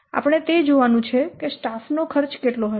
તેથી આપણે તે જોવાનું છે કે સ્ટાફનો ખર્ચ કેટલો હશે